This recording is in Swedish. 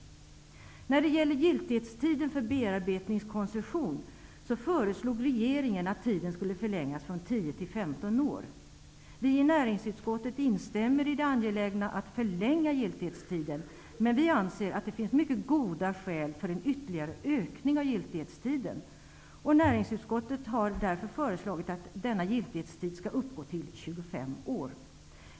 När det gäller giltighetstiden för bearbetningskoncession föreslår regeringen att tiden förlängs från 10 år till 15 år. Näringsutskottet instämmer i det angelägna att förlänga giltighetstiden men anser att det finns goda skäl för en ytterligare förlängning av giltighetstiden. Näringsutskottet föreslår att giltighetstiden skall uppgå till 25 år.